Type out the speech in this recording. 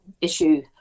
issue